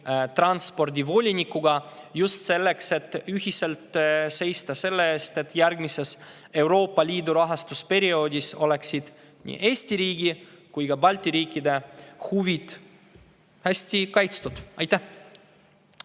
transpordivolinikuga, just selleks, et seista ühiselt selle eest, et järgmisel Euroopa Liidu rahastusperioodil oleksid nii Eesti kui ka [teiste] Balti riikide huvid hästi kaitstud. Aitäh,